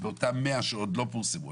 באותם 100 שעוד לא פורסמו.